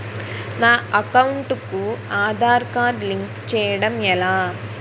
నా అకౌంట్ కు Aadhaar card link చేయడం ఎలా?